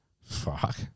Fuck